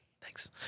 thanks